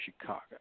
Chicago